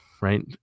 right